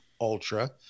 Ultra